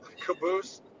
Caboose